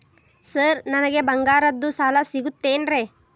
Sir ನನಗೆ ಬಂಗಾರದ್ದು ಸಾಲ ಸಿಗುತ್ತೇನ್ರೇ?